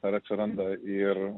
dar atsiranda ir